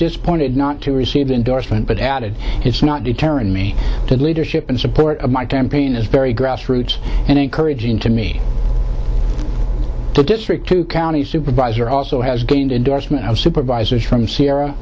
disappointed not to receive the endorsement but added it's not deterring me the leadership and support of my campaign is very grassroots and encouraging to me district to county supervisor also has gained endorsement of supervisors from sierra